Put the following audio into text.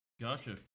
Gotcha